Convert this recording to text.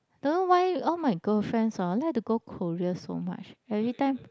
don't know why all my girlfriends hor like to go Korea so much every time